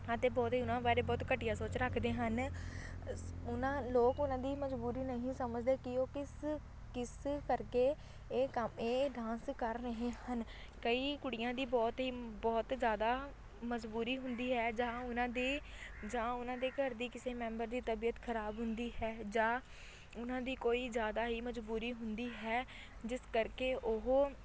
ਅਤੇ ਬਹੁਤ ਹੀ ਉਹਨਾਂ ਬਾਰੇ ਬਹੁਤ ਘਟੀਆ ਸੋਚ ਰੱਖਦੇ ਹਨ ਸ ਉਹਨਾਂ ਲੋਕ ਉਹਨਾਂ ਦੀ ਮਜ਼ਬੂਰੀ ਨਹੀਂ ਸਮਝਦੇ ਕਿ ਉਹ ਕਿਸ ਕਿਸ ਕਰਕੇ ਇਹ ਕੰਮ ਇਹ ਡਾਂਸ ਰਹੇ ਹਨ ਕਈ ਕੁੜੀਆਂ ਦੀ ਬਹੁਤ ਹੀ ਬਹੁਤ ਜ਼ਿਆਦਾ ਮਜ਼ਬੂਰੀ ਹੁੰਦੀ ਹੈ ਜਾਂ ਉਹਨਾਂ ਦੀ ਜਾਂ ਉਹਨਾਂ ਦੇ ਘਰ ਦੀ ਕਿਸੇ ਮੈਂਬਰ ਦੀ ਤਬੀਅਤ ਖਰਾਬ ਹੁੰਦੀ ਹੈ ਜਾਂ ਉਹਨਾਂ ਦੀ ਕੋਈ ਜ਼ਿਆਦਾ ਹੀ ਮਜ਼ਬੂਰੀ ਹੁੰਦੀ ਹੈ ਜਿਸ ਕਰਕੇ ਉਹ